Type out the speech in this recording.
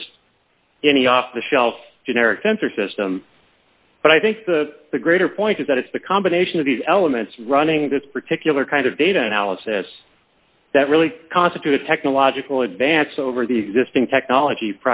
just any off the shelf generic sensor system but i think the greater point is that it's the combination of the elements running this particular kind of data analysis that really constitute a technological advance over the existing technology